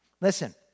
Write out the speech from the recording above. Listen